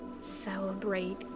Celebrate